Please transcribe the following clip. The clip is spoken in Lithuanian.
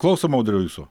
klausom audriau jūsų